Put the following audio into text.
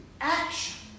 action